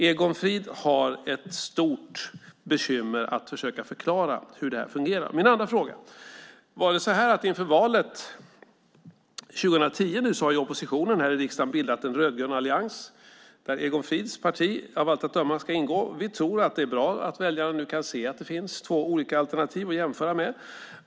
Egon Frid har ett stort bekymmer att försöka förklara hur det fungerar. Inför valet 2010 har oppositionen i riksdagen bildat en rödgrön allians där Egon Frids parti av allt att döma ska ingå. Vi tror att det är bra att väljarna kan se att det finns två olika alternativ att jämföra.